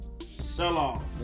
Sell-off